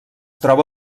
troba